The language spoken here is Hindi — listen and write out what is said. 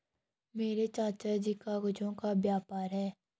मेरे चाचा जी का कागजों का व्यापार है